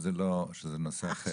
שזה נושא אחר.